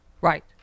Right